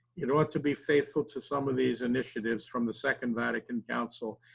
it ought to be faithful to some of these initiatives from the second vatican counsel,